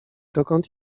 dokąd